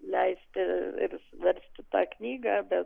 leisti ir versti tą knygą bet